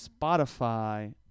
Spotify